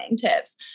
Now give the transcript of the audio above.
tips